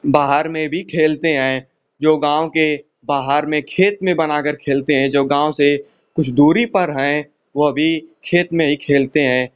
बाहर में भी खेलते हैं जो गाँव के बाहर में खेत में बना कर खेलते हैं जो गाँव से कुछ दूरी पर हैं वह भी खेत में ही खेलते हैं